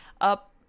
up